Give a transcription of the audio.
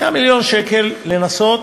100 מיליון שקל, לנסות.